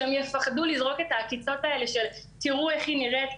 שהם יפחדו לזרוק את העקיצות האלה של "תראו איך היא נראית".